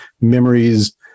memories